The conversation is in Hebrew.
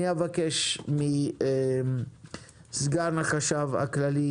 אני אבקש מסגן החשב הכללי,